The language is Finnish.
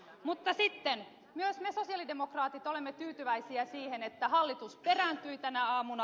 mutta myös me sosialidemokraatit olemme tyytyväisiä siihen että hallitus kääntyy tänä aamuna